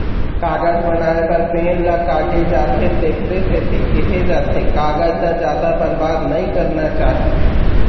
कागज बनाए बर पेड़ ल काटे जाथे तेखरे सेती केहे जाथे कागज ल जादा बरबाद नइ करना चाही